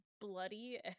bloody